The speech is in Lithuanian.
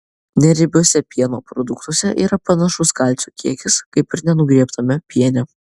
neriebiuose pieno produktuose yra panašus kalcio kiekis kaip ir nenugriebtame piene